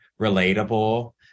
relatable